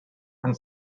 and